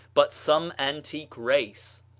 but some antique race.